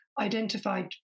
identified